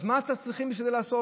אז מה אתם צריכים לעשות?